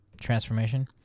transformation